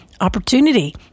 opportunity